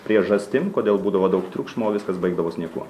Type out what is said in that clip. priežastim kodėl būdavo daug triukšmo o viskas baigdavosi niekuom